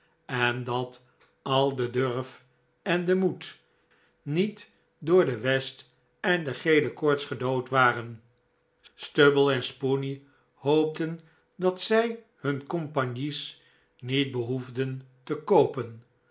en dat al de durf en de moed niet door de west en de gele koorts gedood waren stubble en spoony hoopten dat zij hun compagnies niet behoefden te koopen